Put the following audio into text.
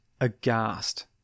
aghast